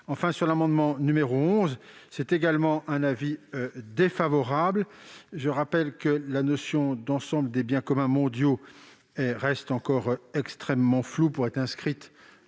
Enfin, sur l'amendement n° 11, c'est également un avis défavorable. Je rappelle que la notion « d'ensemble des biens communs mondiaux » reste encore trop floue pour être inscrite